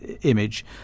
image